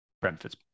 Brentford